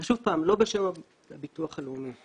אני לא בשם ביטוח לאומי.